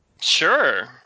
Sure